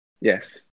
Yes